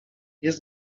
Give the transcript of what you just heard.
jest